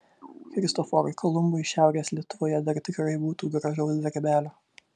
kristoforui kolumbui šiaurės lietuvoje dar tikrai būtų gražaus darbelio